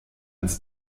ins